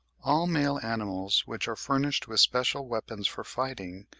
all male animals which are furnished with special weapons for fighting,